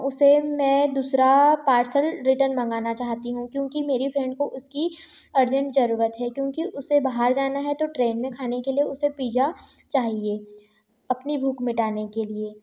उसे मैं दूसरा पार्सल रिटर्न मंगाना चाहती हूँ क्योंकि मेरी फ्रेंड को उसकी अर्जेन्ट जरूरत है क्योंकि उसे बाहर जाना है तो ट्रेन में खाने के लिए उसे पिज़्ज़ा चाहिए अपनी भूख मिटाने के लिए